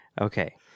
Okay